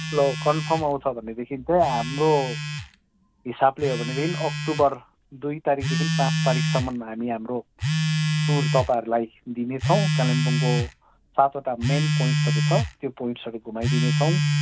ल कन्फर्म आउँछ भनेदेखि चाहिँ हाम्रो हिसाबले हो भनेदेखि अक्टोबर दुई तारिकदेखि पाँच तारिकसम्म हामी हाम्रो टुर तपाईँहरूलाई दिनेछौँ कालिम्पोङको सातवटा मेन पोइन्ट्सहरू छ त्यो पोइन्ट्सहरू घुमाइदिनेछौँ